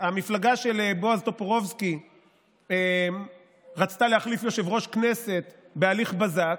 כשהמפלגה של בועז טופורובסקי רצתה להחליף יושב-ראש כנסת בהליך בזק,